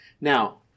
Now